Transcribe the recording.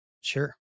Sure